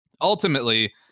ultimately